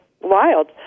wild